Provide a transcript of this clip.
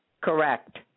correct